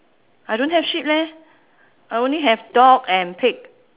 I don't have sheep leh I only have dog and pig